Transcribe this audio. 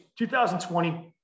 2020